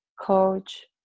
coach